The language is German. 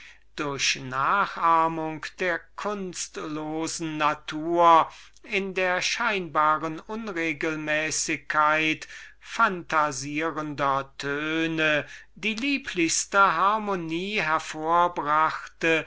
die nachahmung der kunstlosen natur in der scheinbaren unregelmäßigkeit phantasierender töne die lieblichste harmonie